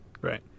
Right